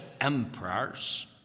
emperors